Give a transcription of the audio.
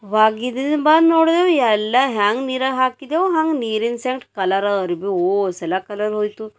ಒಗಿದ್ ಬಾದ್ ನೋಡಿದೆವು ಎಲ್ಲ ಹ್ಯಾಂಗ ನೀರಾ ಹಾಕಿದೆವು ಹಂಗ ನೀರಿನ ಸಂಗ್ಟ ಕಲರ ಅರ್ವಿ ಓಸೆಲ್ಲಗಿ ಕಲರ್ ಹೋಯಿತು